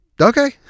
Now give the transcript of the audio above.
okay